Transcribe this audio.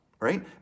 right